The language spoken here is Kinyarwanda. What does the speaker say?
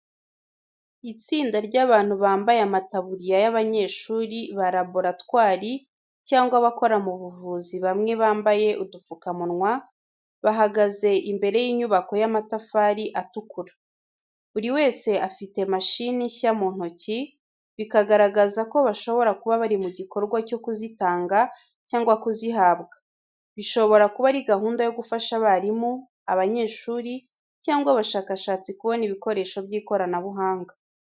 Itsinda ry’abantu bambaye amataburiya y’abanyeshuri ba laboratwari cyangwa abakora mu buvuzi bamwe bambaye udupfukamunwa, bahagaze imbere y’inyubako y’amatafari atukura. Buri wese afite mashini nshya mu ntoki, bikagaragaza ko bashobora kuba bari mu gikorwa cyo kuzitanga cyangwa kuzihabwa, bishobora kuba ari gahunda yo gufasha abarimu, abanyeshuri, cyangwa abashakashatsi kubona ibikoresho by’ikoranabuhanga.